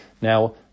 now